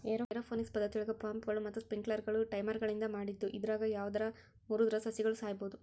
aeroponics ಪದ್ದತಿಯೊಳಗ ಪಂಪ್ಗಳು ಮತ್ತ ಸ್ಪ್ರಿಂಕ್ಲರ್ಗಳು ಟೈಮರ್ಗಳಿಂದ ಮಾಡಿದ್ದು ಇದ್ರಾಗ ಯಾವದರ ಮುರದ್ರ ಸಸಿಗಳು ಸಾಯಬೋದು